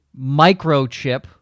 microchip